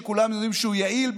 שכולם יודעים שהוא יעיל,